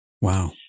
Wow